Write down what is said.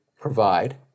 provide